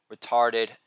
retarded